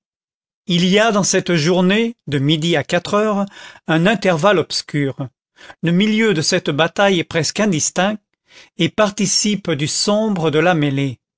il y a dans cette journée de midi à quatre heures un intervalle obscur le milieu de cette bataille est presque indistinct et participe du sombre de la mêlée